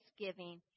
thanksgiving